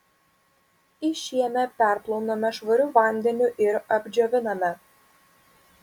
išėmę perplauname švariu vandeniu ir apdžioviname